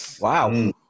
Wow